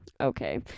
okay